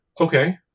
Okay